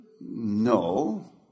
No